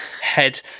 head